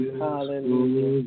hallelujah